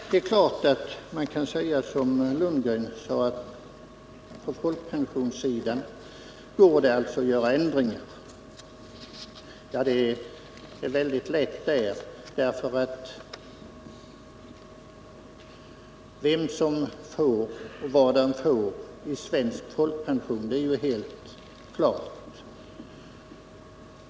Det är klart att man kan säga som Bo Lundgren att i fråga om folkpensionen går det att göra ändringar. Ja, det är väldigt lätt där. Vad vederbörande får i svensk folkpension är ju helt klart.